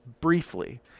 briefly